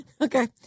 Okay